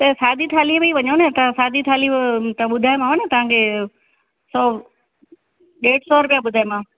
त सादी थालीअ में ई वञो न त सादी थाली ॿुधाईमाव न तव्हांखे सौ ॾेढु सौ रुपिया ॿुधाईमाव